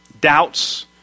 Doubts